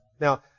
Now